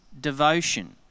devotion